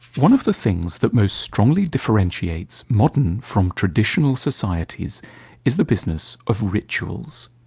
one of the things that most strongly differentiates modern from traditional societies is the business of rituals.